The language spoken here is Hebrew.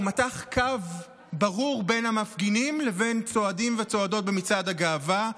הוא מתח קו ברור בין המפגינים לבין צועדים וצועדות במצעד הגאווה.